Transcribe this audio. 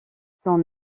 son